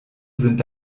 sind